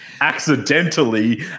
accidentally